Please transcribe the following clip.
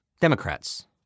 Democrats